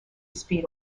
speed